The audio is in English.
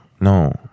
No